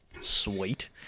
sweet